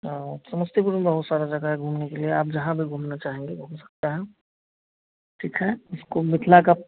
हाँ समस्तीपुर में बहुत सारी जगह है घूमने के लिए आप जहाँ भी घूमना चाहेंगे घूम सकते हैं ठीक है इसको मिथिला का